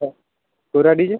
हा कुऱ्हाडीच्या